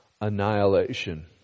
Annihilation